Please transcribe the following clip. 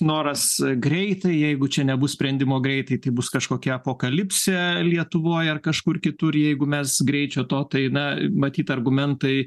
noras greitai jeigu čia nebus sprendimo greitai bus kažkokia apokalipsė lietuvoj ar kažkur kitur jeigu mes greičio to tai na matyt argumentai